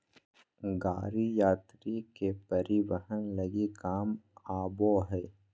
गाड़ी यात्री के परिवहन लगी काम आबो हइ